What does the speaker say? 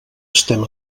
estem